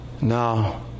Now